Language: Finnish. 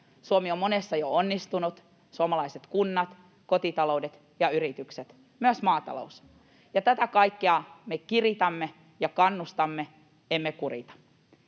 Suomi on monessa jo onnistunut, suomalaiset kunnat, kotitaloudet ja yritykset, myös maatalous. [Sanna Antikainen: Onnistuitte